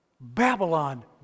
Babylon